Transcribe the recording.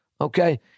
Okay